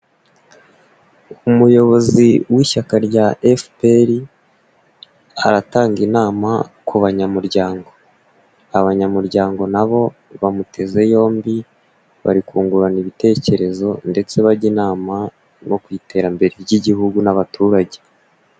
Umuyobozi w'ishyaka rya FPR, aratanga inama ku banyamuryango, abanyamuryango nabo bamuteze yombi, bari kungurana ibitekerezo ndetse bajya inama no ku iterambere ry'igihugu n'abaturage,